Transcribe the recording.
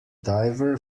diver